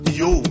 yo